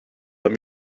let